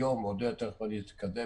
עודד, תיכף אני אתקדם